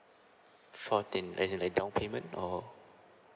fourteen is it like down payment or